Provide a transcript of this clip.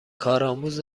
کارآموز